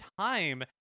time